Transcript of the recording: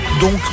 donc